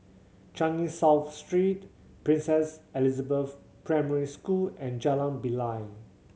Changi South Street Princess Elizabeth Primary School and Jalan Bilal